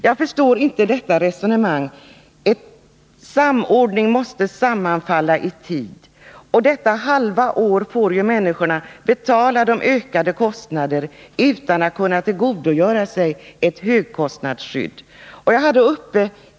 Jag förstår inte detta resonemang. Avgiftshöjningen och införandet av högkostnadsskyddet måste sammanfalla i tid. Under det halva året fram till den 1 juli 1981, då de nya reglerna föreslås träda i kraft, får ju människorna betala de ökade kostnaderna utan att kunna tillgodogöra sig högkostnadsskyddet.